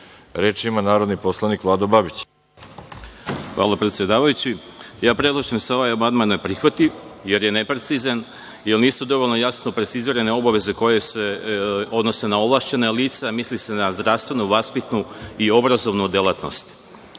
reč? Reč ima narodni poslanik Vlado Babić. **Vlado Babić** Hvala, predsedavajući. Ja predlažem da se ovaj amandman ne prihvati, jer je neprecizan, jer nisu dovoljno jasno precizirane obaveze koje se odnose na ovlašćena lica, misli se na zdravstvenu, vaspitnu i obrazovnu delatnost. Treba